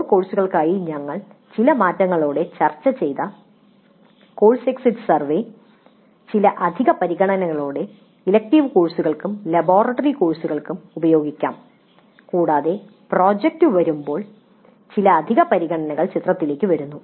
core കോഴ്സുകൾക്കായി ഞങ്ങൾ ചില മാറ്റങ്ങളോടെ ചർച്ച ചെയ്ത കോഴ്സ് എക്സിറ്റ് സർവേ ചില അധിക പരിഗണനകളോടെ ഇലക്ടീവ് കോഴ്സുകൾക്കും ലബോറട്ടറി കോഴ്സുകൾക്കും ഉപയോഗിക്കാം കൂടാതെ പ്രോജക്റ്റ് വരുമ്പോൾ ചില അധിക പരിഗണനകൾ ചിത്രത്തിലേക്ക് വരുന്നു